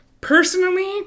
Personally